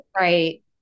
Right